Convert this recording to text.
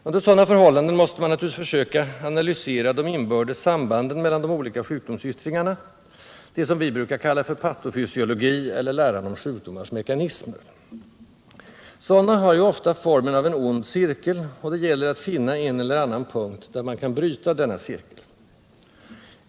Under sådana förhållanden måste man naturligtvis försöka analysera de inbördes sambanden mellan de olika sjukdomsyttringarna, det som vi brukar kalla för patofysiologi eller läran om sjukdomars mekanismer. Sådana har ju ofta formen av en ond cirkel, och det gäller att finna en eller annan punkt, där man kan bryta denna cirkel.